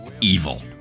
evil